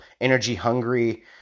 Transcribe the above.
energy-hungry